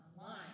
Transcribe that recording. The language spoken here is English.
online